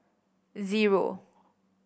zero